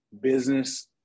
Business